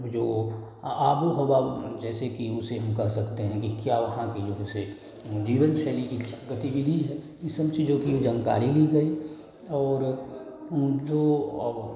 जो आबो हवा जैसे कि उसे हम कह सकते हैं कि क्या वहाँ की जो है सो जीवन शैली की गतिविधि है सब ये सब चीज़ों की जानकारी ली गई और जो अब